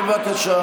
בבקשה.